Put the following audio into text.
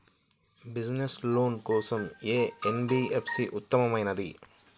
Business loan కోసం ఏ NBFC ఉత్తమమైనది?